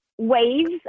waves